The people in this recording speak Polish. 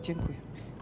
Dziękuję.